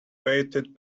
waited